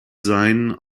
seien